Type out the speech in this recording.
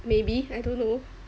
maybe I don't know